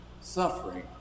suffering